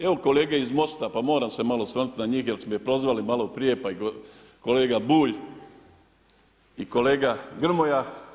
Evo kolege iz Most-a pa moram se malo osvrnuti na njih jer su me prozvali maloprije pa i kolega Bulj i kolega Grmoja.